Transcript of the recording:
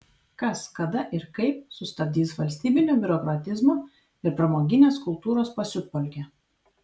kas kada ir kaip sustabdys valstybinio biurokratizmo ir pramoginės kultūros pasiutpolkę